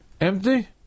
Empty